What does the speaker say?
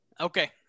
Okay